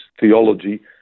theology